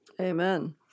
Amen